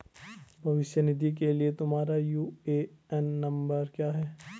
भविष्य निधि के लिए तुम्हारा यू.ए.एन नंबर क्या है?